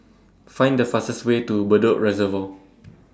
Find The fastest Way to Bedok Reservoir